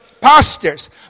pastors